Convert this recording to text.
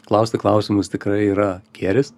klausti klausimus tikrai yra gėris